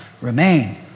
remain